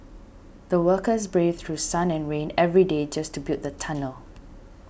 the workers braved through sun and rain every day just to build the tunnel